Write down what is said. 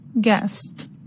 Guest